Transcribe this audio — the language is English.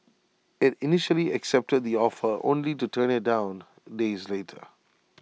IT initially accepted the offer only to turn IT down days later